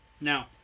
Now